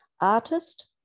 artist